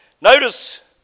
Notice